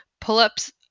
pull-ups